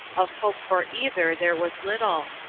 of hope for either there was little.